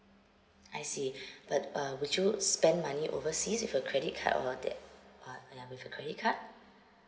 I see but uh would you would spend money overseas with your credit card or that uh ya with your credit card